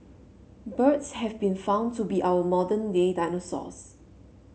birds have been found to be our modern day dinosaurs